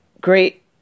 great